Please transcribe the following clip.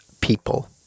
people